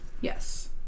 Yes